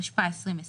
התשפ"א-2020